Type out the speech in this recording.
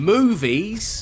Movies